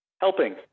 Helping